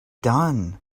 done